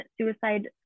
suicide